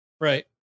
Right